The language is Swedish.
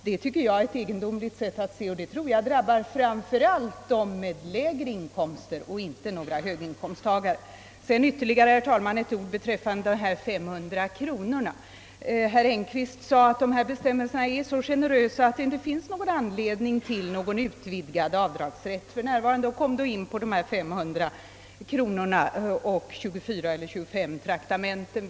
Det tycker jag är en egendomlig inställning, och jag tror att de som framför allt drabbas ingalunda är några höginkomsttagare. Beträffande de 500 kronorna och 24 eller 25 traktamenten sade herr Engkvist att bestämmelserna är så generösa, att det för närvarande inte finns anledning att vidga avdragsrätten.